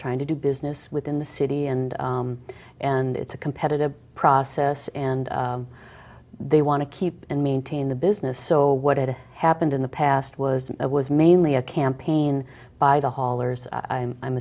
trying to do business within the city and and it's a competitive process and they want to keep and maintain the business so what had happened in the past was it was mainly a campaign by the haulers i'm